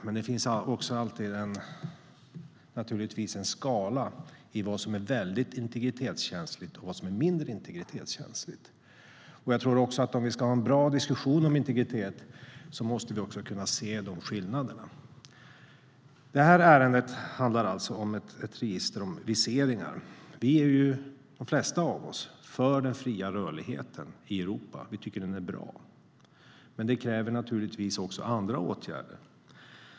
Men det finns också alltid en skala för vad som är väldigt integritetskänsligt och vad som är mindre integritetskänsligt. Jag tror att om vi ska ha en bra diskussion om integritet måste vi kunna se de skillnaderna. Det här ärendet handlar alltså om ett register för viseringar. De flesta av oss är ju för den fria rörligheten i Europa. Vi tycker att den är bra. Men den kräver också andra åtgärder.